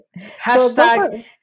Hashtag